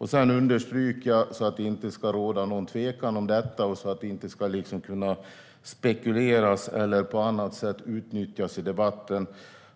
Sedan vill jag understryka, för att det inte ska råda något tvivel om det och för att man inte ska spekulera om det eller på annat sätt utnyttja det i debatten,